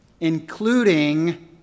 including